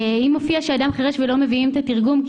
אם מופיע שאדם חירש ולא מביאים את התרגום כי